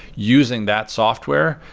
using that software,